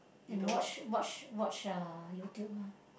and watch watch watch uh YouTube loh